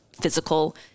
physical